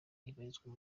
ubarizwa